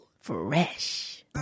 fresh